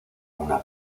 una